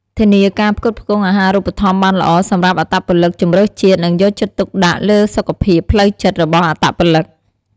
ធានាការផ្គត់ផ្គង់អាហារូបត្ថម្ភបានល្អសម្រាប់អត្តពលិកជម្រើសជាតិនឹងយកចិត្តទុកដាក់លើសុខភាពផ្លូវចិត្តរបស់អត្តពលិក។